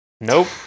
nope